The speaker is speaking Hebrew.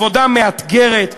עבודה מאתגרת,